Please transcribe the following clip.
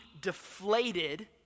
deflated